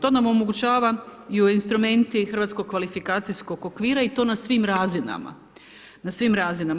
To nam omogućava i instrumenti hrvatskog kvalifikacijskog okvira i to na svim razinama.